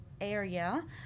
area